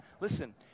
Listen